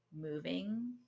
moving